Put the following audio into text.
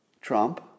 Trump